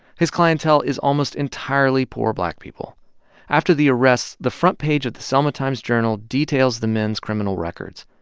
his clientele is almost entirely poor black people after the arrests, the front page of the selma times-journal details the men's criminal records.